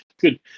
good